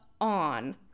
on